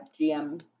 GM